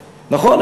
נכון,